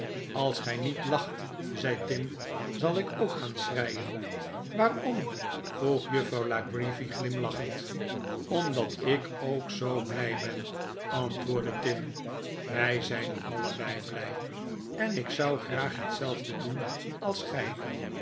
als gij niet lacht zei tim zal ik ook gaan schreien waarom vroeg juffrouw la creevy glimlachend omdat ik ook zoo blij ben antwoordde tim wij zijn allebei blij en ik zou graag hetzelfde doen als gij